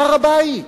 הר-הבית.